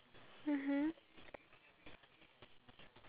and I remember one of his videos